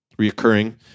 Reoccurring